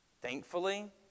thankfully